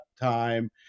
time